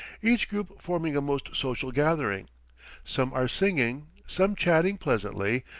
each group forming a most social gathering some are singing, some chatting pleasantly,